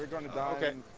and can